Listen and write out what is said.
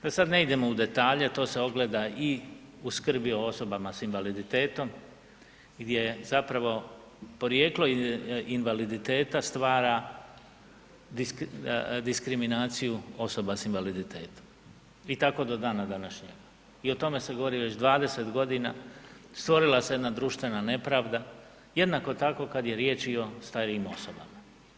Da sad ne idemo u detalje, to se ogleda i u skrbi o osobama s invaliditetom gdje zapravo porijeklo invaliditeta stvara diskriminaciju osoba s invaliditetom i tako do dana današnjeg i o tome se govori već 20.g., stvorila se jedna društvena nepravda jednako tako kad je riječ i o starijim osobama.